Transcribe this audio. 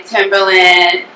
Timberland